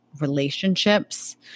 relationships